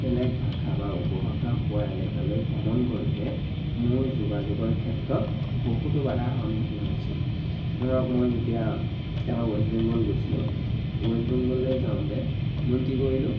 বেলেগ ভাষা বা উপভাষা কোৱা এলেকালৈ ভ্ৰমণ কৰোঁতে মোৰ যোগাযোগৰ ক্ষেত্ৰত বহুতো বাধাৰ সন্মুখীন হৈছিল ধৰক মই যেতিয়া এবাৰ ৱেষ্ট বেংগল গৈছিলোঁ ৱেষ্ট বেংগললৈ যাওঁতে মই কি কৰিলোঁ